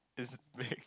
it's big